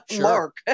mark